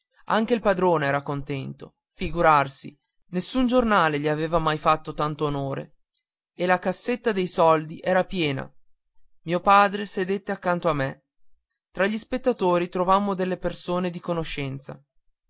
anche il padrone era contento figurarsi nessun giornale gli aveva mai fatto tanto onore e la cassetta dei soldi era piena i padre sedette accanto a me tra gli spettatori trovammo delle persone di conoscenza